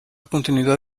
continuidad